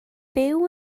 byw